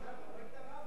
בסדר, אבל לא התערבתי, לא,